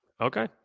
Okay